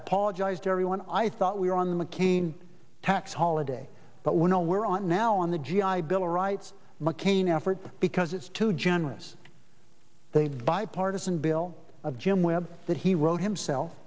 apologize to everyone i thought we were on the mccain tax holiday but we're no we're on now on the g i bill of rights mccain effort because it's too generous they've bipartisan bill of jim webb that he wrote himself